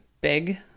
big